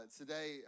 today